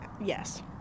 Yes